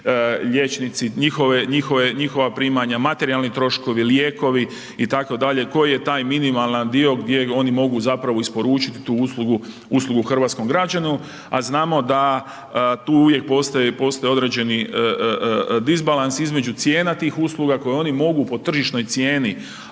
liječnici, njihova primanja, materijalni troškovi, lijekovi itd., koji je taj minimalan dio gdje oni mogu zapravo isporučiti tu uslugu, uslugu hrvatskom građaninu. A znamo da tu uvijek postoje određeni disbalans između cijena tih usluga koju oni mogu po tržišnoj cijeni